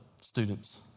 students